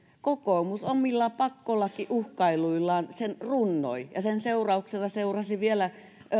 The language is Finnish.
kokoomus omilla pakkolakiuhkailuillaan sen runnoi ja sen seurauksena seurasivat vielä